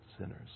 sinners